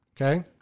Okay